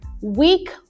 week